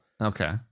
Okay